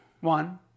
One